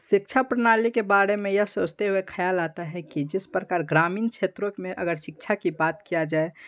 शिक्षा प्रणाली के बारे में यह सोचते हुए ख़याल आता है कि जिस प्रकार ग्रामीण क्षेत्रों में अगर शिक्षा की बात किया जाए